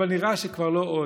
אבל נראה שכבר לא עוד.